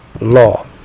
law